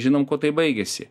žinom kuo tai baigiasi